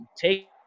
take